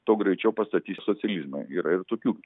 tuo greičiau pastatys socializmą yra ir tokių